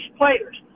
players